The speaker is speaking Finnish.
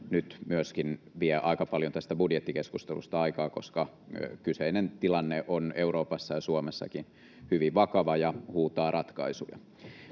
nyt myöskin vie aika paljon tästä budjettikeskustelusta aikaa, koska kyseinen tilanne on Euroopassa ja Suomessakin hyvin vakava ja huutaa ratkaisuja.